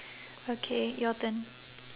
okay your turn